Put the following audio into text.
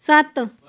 ਸੱਤ